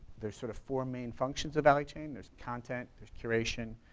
there's sort of four main functions of value chain. there's content, there's curation,